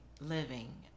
living